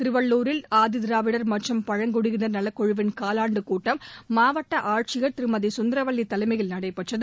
திருவள்ளூரில் ஆதிதிராவிடர் மற்றும் பழங்குடியினர் நலக்குழுவின் காலாண்டுக் கூட்டம் மாவட்ட ஆட்சியர் திருமதி சுந்தரவல்லி தலைமையில் நடைபெற்றது